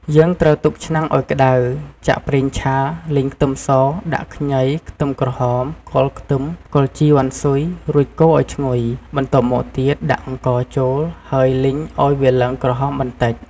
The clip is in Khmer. យើងត្រូវទុកឆ្នាំងឱ្យក្ដៅ ចាក់ប្រេងឆា លីង ខ្ទឹមស ដាក់ ខ្ញី ខ្ទឹមក្រហម គល់ខ្ទឹម គល់ជីវ៉ាន់ស៊ុយ រួចកូរឱ្យឈ្ងុយ បន្ទាប់មកទៀតដាក់អង្ករចូល ហើយលីងឱ្យវាឡើងក្រហមបន្តិច។